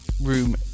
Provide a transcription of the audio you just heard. Room